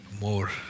more